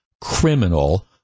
criminal